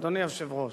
אדוני היושב-ראש,